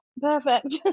perfect